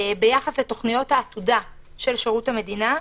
ביחס לתוכניות העתודה של שירות המדינה,